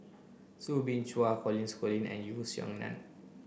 Soo Bin Chua and Yeo Song Nian